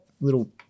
little